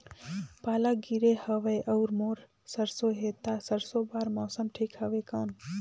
पाला गिरे हवय अउर मोर सरसो हे ता सरसो बार मौसम ठीक हवे कौन?